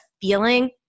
feeling